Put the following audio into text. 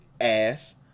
ass